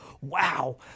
wow